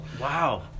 Wow